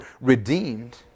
redeemed